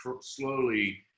slowly